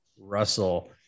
Russell